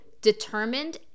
determined